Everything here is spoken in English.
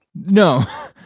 No